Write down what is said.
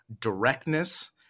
directness